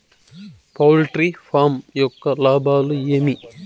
poultry farm యొక్క లాభాలు ఏమి